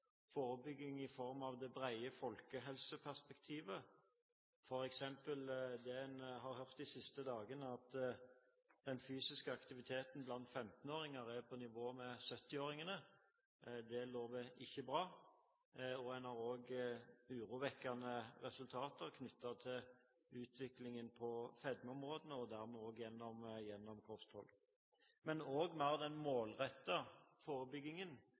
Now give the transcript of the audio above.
forebygging i det brede folkehelseperspektivet. For eksempel har en de siste dagene hørt at den fysiske aktiviteten blant 15-åringer er på nivå med den til 70-åringene. Det lover ikke bra. En har også urovekkende resultater knyttet til utviklingen på fedmeområdene – dermed også når det gjelder kosthold. Også den mer målrettede forebyggingen, f.eks. diskusjonen om HPV-vaksine – hvilke aldersgrupper den